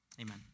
amen